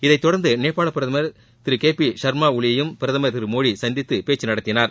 இதை தொடர்ந்து நேபாள பிரதமர் திரு கே பி ஷர்மா ஒளியையும் பிரதமர் மோடி சந்தித்து பேச்சு நடத்தினார்